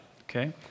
okay